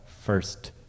first